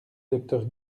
docteur